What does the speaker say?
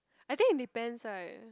I think it depends right